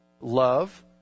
Love